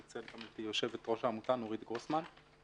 נמצאת אתי יושבת-ראש העמותה נורית גרוסמן.